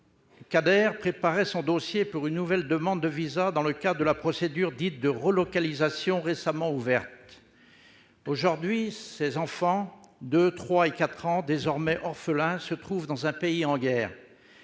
Qader préparait son dossier pour une nouvelle demande de visa dans le cadre de la procédure dite de « relocalisation » récemment ouverte. Aujourd'hui, ses enfants âgés de deux, trois et quatre ans, désormais orphelins, se trouvent dans un pays en guerre.